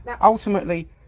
ultimately